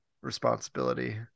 responsibility